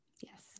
Yes